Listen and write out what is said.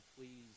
please